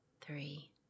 three